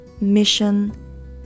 mission